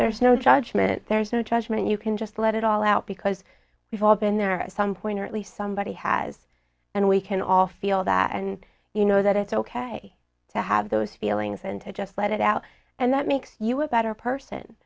there's no judgment there's no judgment you can just let it all out because we've all been there at some point or at least somebody has and we can all feel that and you know that it's ok to have those feelings and to just let it out and that makes you a better person